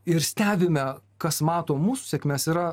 ir stebime kas mato mūsų sėkmes yra